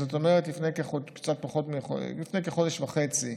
זאת אומרת לפני כחודש וחצי,